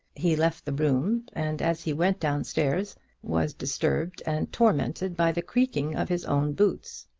he left the room, and as he went down-stairs was disturbed and tormented by the creaking of his own boots.